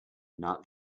not